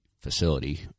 facility